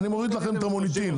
אני מוריד לכם את המוניטין.